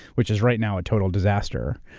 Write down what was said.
which is right now a total disaster.